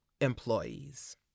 employees